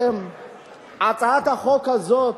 הצעת החוק הזאת